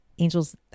angels